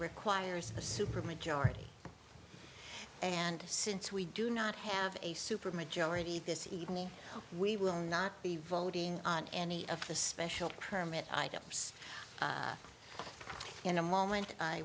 requires a supermajority and since we do not have a supermajority this evening we will not be voting on any of the special permit items in a moment i